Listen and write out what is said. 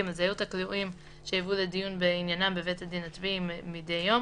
(ג)זהות הכלואים שיובאו לדיון בעניינם בבית הדין הצבאי מידי יום